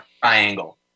triangle